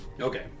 Okay